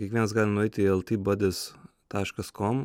kiekvienas gali nueiti į el ti badis taškas kom